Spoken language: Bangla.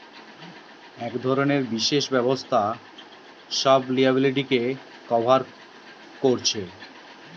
এক ধরণের বিশেষ ব্যবস্থা সব লিয়াবিলিটিকে কভার কতিছে